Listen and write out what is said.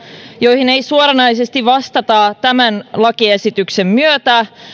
joihin ei suoranaisesti vastata lakiesityksen myötä ja